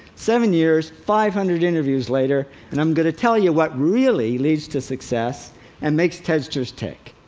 seven years, five hundred interviews later, and i'm going to tell you what really leads to success and makes tedsters tick.